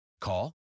Call